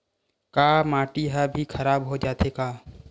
का माटी ह भी खराब हो जाथे का?